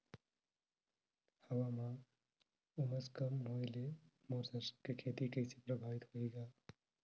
हवा म उमस कम होए ले मोर सरसो के खेती कइसे प्रभावित होही ग?